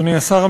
אדוני השר,